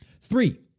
Three